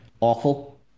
awful